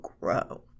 grow